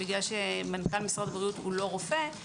בגלל שמנכ"ל משרד הבריאות אינו רופא,